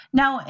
now